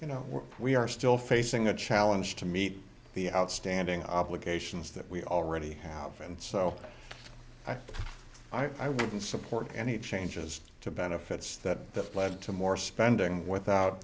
you know we are still facing a challenge to meet the outstanding obligations that we already have and so i thought i wouldn't support any changes to benefits that lead to more spending without